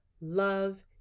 love